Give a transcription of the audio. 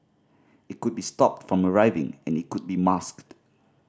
it could be stopped from arriving and it could be masked